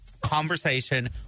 conversation